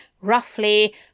Roughly